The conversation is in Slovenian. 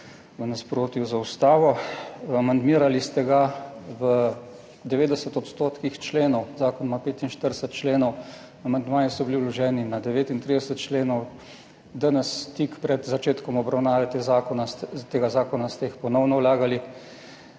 v nasprotju z Ustavo. Amandmirali ste ga v 90 % členov. Zakon ima 45 členov, amandmaji so bili vloženi na 39 členov, danes tik pred začetkom obravnave tega zakona ste jih ponovno vlagali,